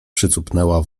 przycupnęła